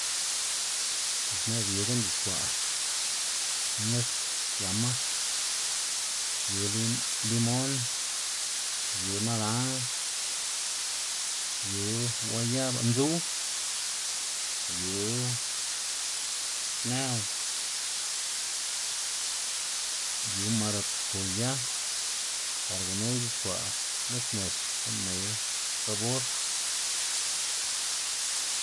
Bos ne'g yu gu'n c̲h̲uxkwa' nis giama yu lim- limon, yu naranj, yu guayaba ndzuw, yu xnëw, yu marakuya par gunu ixuxkwa' nisnex gu'n ney sabor.